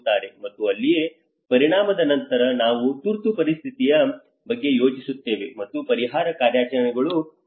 ಮತ್ತು ಅಲ್ಲಿಯೇ ಪರಿಣಾಮದ ನಂತರ ನಾವು ತುರ್ತು ಪರಿಸ್ಥಿತಿಯ ಬಗ್ಗೆ ಯೋಚಿಸುತ್ತೇವೆ ಮತ್ತು ಪರಿಹಾರ ಕಾರ್ಯಾಚರಣೆಗಳು ಕಾರ್ಯನಿರ್ವಹಿಸುತ್ತವೆ